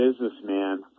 businessman